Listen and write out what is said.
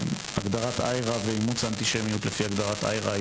הגדרת IHRA ואימוץ האנטישמיות לפי הגדרת IHRA היא